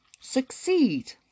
succeed